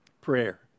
prayer